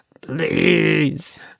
please